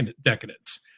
decadence